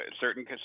certain